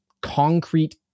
concrete